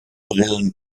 brillen